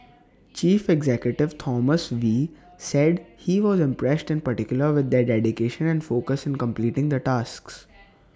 chief executive Thomas wee said he was impressed in particular with their dedication and focus in completing the tasks